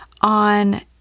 on